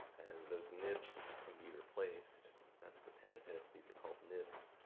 and those nibs can be replaced. that's the pen tip. these are called nibs.